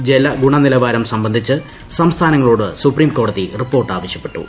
വായു ജല ഗുണനിലവാരം സംബന്ധിച്ച് സംസ്ഥാനങ്ങളോട് സൂപ്രീം കോടതി റിപ്പോർട്ട് ആവശ്യപ്പെട്ടു